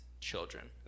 children